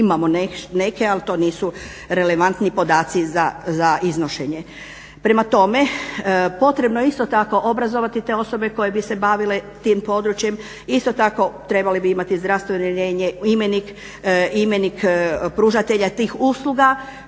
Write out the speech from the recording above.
naznake, ali to nisu relevantni podaci za iznošenje. Prema tome, potrebno je isto tako obrazovati te osobe koje bi se bavile tim područjem. Isto tako trebali bi imati zdravstveni imenik pružatelja tih usluga